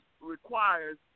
requires